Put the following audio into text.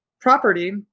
property